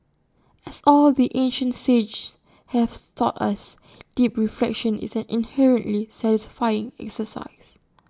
as all the ancient sages have taught us deep reflection is an inherently satisfying exercise